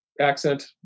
accent